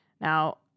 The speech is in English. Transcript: Now